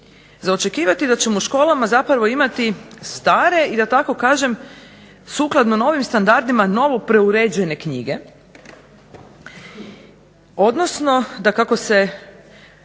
za očekivati je da ćemo u školama imati stare i da tako kaže sukladno novim standardima novo preuređene knjige odnosno da kako se